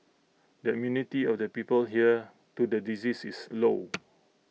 the immunity of the people here to the disease is low